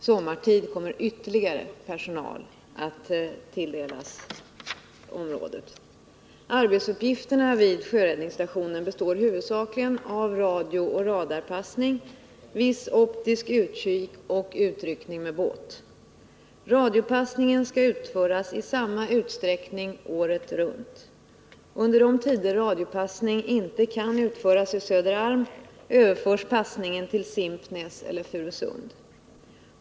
Sommartid kommer ytterligare personal att tilldelas området. Arbetsuppgifterna vid sjöräddningsstationen består huvudsakligen av radiooch radarpassning, viss optisk utkik och utryckning med båt. Radiopassningen skall utföras i samma utsträckning året runt. Under de tider då radiopassningen inte kan utföras i Söderarm överförs passningen till Simpnäs eller Furusund.